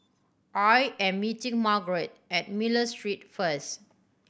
I am meeting Margrett at Miller Street first